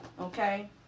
Okay